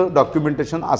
documentation